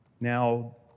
Now